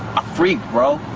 freaked, bro.